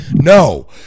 No